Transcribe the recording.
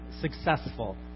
successful